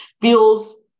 feels